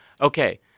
Okay